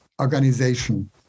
organization